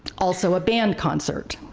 also a band concert.